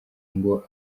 ngo